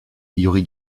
youri